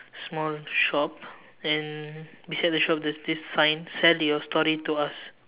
small shop and beside the shop there's this sign sell your story to us